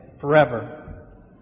forever